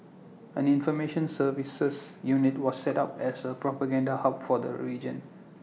an information services unit was set up as A propaganda hub for the region